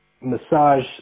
massage